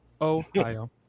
Ohio